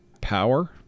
power